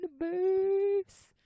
universe